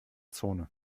zone